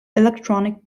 electronic